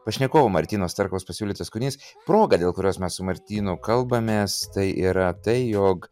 pašnekovo martyno starkaus pasiūlytas kūrinys proga dėl kurios mes su martynu kalbamės tai yra tai jog